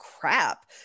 crap